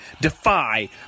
Defy